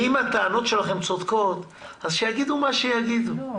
אם הטענות שלכם צודקות אז שיגידו מה שיגידו.